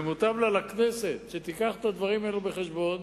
ומוטב לה לכנסת שתביא את הדברים האלה בחשבון